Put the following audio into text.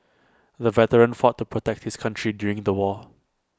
the veteran fought to protect his country during the war